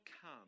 come